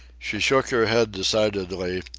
she shook her head decidedly,